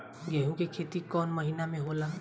गेहूं के खेती कौन महीना में होला?